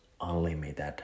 unlimited